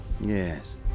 Yes